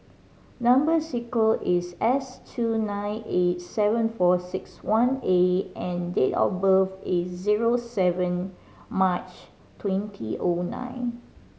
number sequence is S two nine eight seven four six one A and date of birth is zero seven March twenty O nine